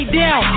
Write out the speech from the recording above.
down